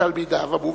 כתלמידיו המובהקים.